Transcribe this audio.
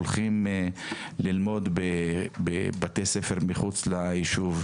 הולכים ללמוד בבתי ספר מחוץ ליישוב,